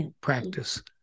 practice